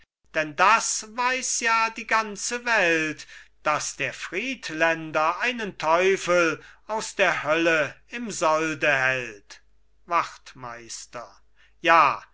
denn das weiß ja die ganze welt daß der friedländer einen teufel aus der hölle im solde hält wachtmeister ja